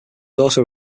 also